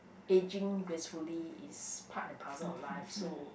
ageing gracefully is part and parcel of life so